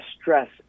stress